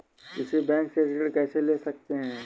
किसी बैंक से ऋण कैसे ले सकते हैं?